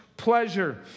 pleasure